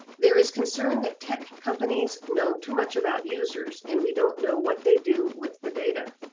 there is concerned that tech companies know too much about users and we don't know what they do with the data.